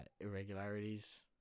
irregularities